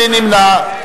מי נמנע?